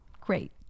Great